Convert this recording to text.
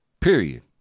Period